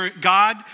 God